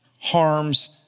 harms